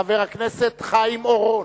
חבר הכנסת חיים אורון.